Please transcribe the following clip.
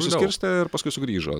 išsiskirstė ir paskui sugrįžo